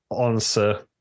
answer